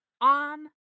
on